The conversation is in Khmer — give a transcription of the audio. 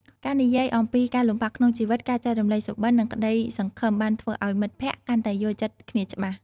ការនិយាយអំពីការលំបាកក្នុងជីវិត ការចែករំលែកសុបិន្តនិងក្តីសង្ឃឹមបានធ្វើឱ្យមិត្តភក្តិកាន់តែយល់ចិត្តគ្នាច្បាស់។